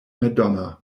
madonna